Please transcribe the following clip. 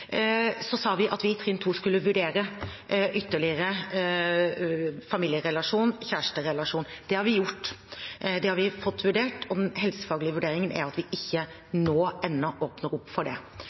Så sa vi at vi i trinn to skulle vurdere ytterligere familierelasjon, kjæresterelasjon. Det har vi gjort, det har vi fått vurdert, og den helsefaglige vurderingen er at vi ikke nå, ennå, åpner opp for det.